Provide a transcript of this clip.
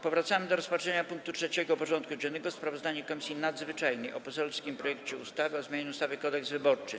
Powracamy do rozpatrzenia punktu 3. porządku dziennego: Sprawozdanie Komisji Nadzwyczajnej o poselskim projekcie ustawy o zmianie ustawy Kodeks wyborczy.